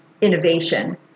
innovation